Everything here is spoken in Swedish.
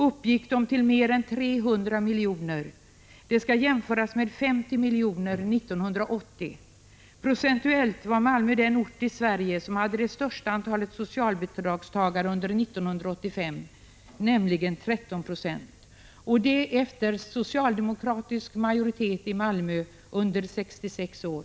— ”uppgick de till mer än 300 miljoner. Det skall jämföras med 50 miljoner 1980.” Procentuellt var Malmö den ort i Sverige som hade det största antalet socialbidragstagare under 1985, nämligen 13 96. Så var förhållandet efter socialdemokratisk majoritet i Malmö under 66 år.